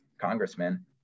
congressman